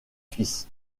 fils